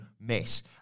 miss